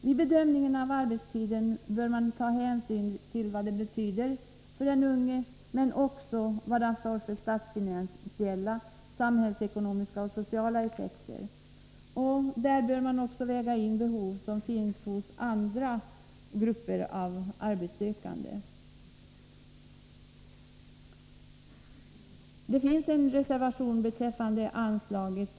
Vid bedömningen av arbetstiden bör hänsyn tas till vad den betyder för den unge, men också till vad det hela får för statsfinansiella, samhällsekonomiska och sociala effekter. Därvidlag bör man också väga in behov som finns hos andra grupper av arbetssökande. Det har avgivits en reservation beträffande anslaget.